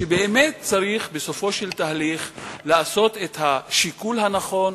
ובאמת צריך בסופו של דבר לעשות את השיקול הנכון,